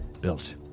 built